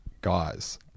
Guys